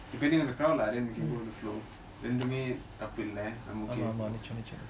depending on the crowd lah then we can go with the flow ரெண்டுமே தப்பு இல்ல:rendumey thappu illa I'm okay